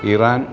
Iran